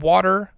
Water